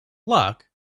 luck